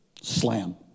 Slam